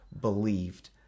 believed